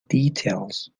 details